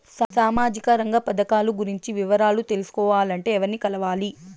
సామాజిక రంగ పథకాలు గురించి వివరాలు తెలుసుకోవాలంటే ఎవర్ని కలవాలి?